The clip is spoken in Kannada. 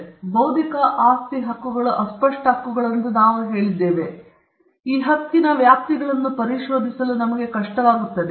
ಈಗ ನಾವು ಬೌದ್ಧಿಕ ಆಸ್ತಿ ಹಕ್ಕುಗಳು ಅಸ್ಪಷ್ಟ ಹಕ್ಕುಗಳೆಂದು ನಾವು ಹೇಳಿದ್ದೇವೆ ಮತ್ತು ಈ ಹಕ್ಕಿನ ವ್ಯಾಪ್ತಿಗಳನ್ನು ಪರಿಶೋಧಿಸಲು ನಮಗೆ ಕಷ್ಟವಾಗುತ್ತದೆ